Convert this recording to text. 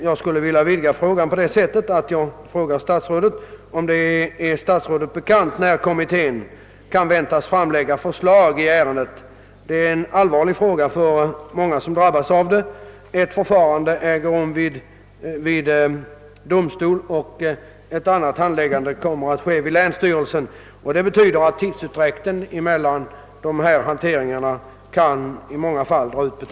Jag vill därför fråga statsrådet om han vet när kommittén kan väntas framlägga förslag i ärendet. Den nuvarande ordningen, som innebär att domstolen avgör frågan i ett avseende och länsstyrelsen i ett annat, medför stor tidsutdräkt.